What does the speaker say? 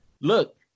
Look